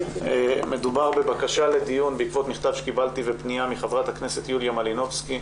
מדובר בבקשה לדיון בעקבות מכתב שקיבלתי ופניה מח"כ יוליה מלינובסקי.